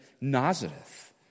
Nazareth